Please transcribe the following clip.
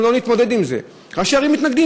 לא נתמודד עם זה: ראשי ערים מתנגדים,